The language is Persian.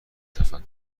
تفکر